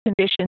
conditions